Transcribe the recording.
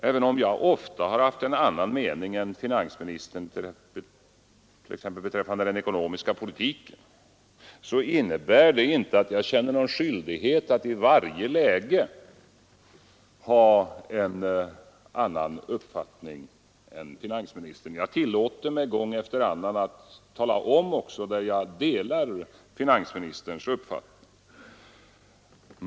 Även om jag ofta haft en annan mening än finansministern, t.ex. beträffande den ekonomiska politiken, så innebär det inte att jag känner någon skyldighet att i varje läge ha en annan uppfattning än finansministern. Jag tillåter mig gång efter gång att även tala om när jag delar finansministerns uppfattning.